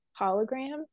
hologram